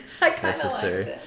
necessary